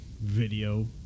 video